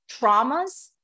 traumas